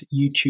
YouTube